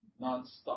nonstop